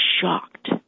shocked